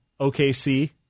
OKC